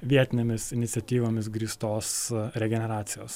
vietinėmis iniciatyvomis grįstos regeneracijos